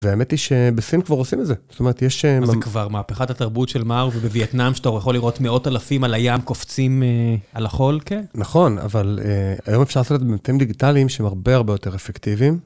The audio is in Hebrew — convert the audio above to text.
והאמת היא שבסין כבר עושים את זה, זאת אומרת יש אה... מה זה כבר? מהפכת התרבות של מאר ובווייטנאם, שאתה יכול לראות מאות אלפים על הים קופצים אה... על החול, כן? נכון, אבל אה... היום אפשר לעשות את זה באמצעים דיגיטליים שהם הרבה הרבה יותר אפקטיביים.